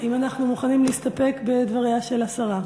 האם אנחנו מוכנים להסתפק בדבריה של השרה?